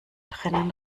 drinnen